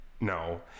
No